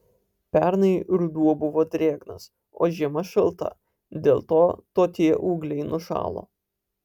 pernai ruduo buvo drėgnas o žiema šalta dėl to tokie ūgliai nušalo